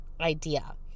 idea